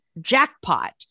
jackpot